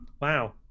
Wow